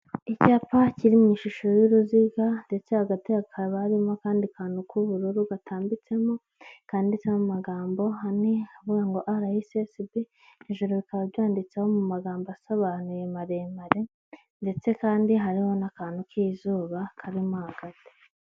Icyapa kiri mu ishusho y'uruziga, ndetse hagati hakaba harimo akandi kantu k'ubururu gatambitsemo, kanditsemo amagambo ane avuga ngo ara esi esi bi, hejuru bikaba byanditseho mu magambo asobanuye maremare, ndetse kandi hariho akantu k'izuba karimo hagati.